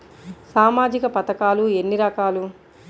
సామాజిక పథకాలు ఎన్ని రకాలు?